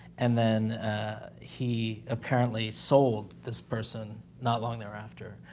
and then he apparently sold this person not long thereafter.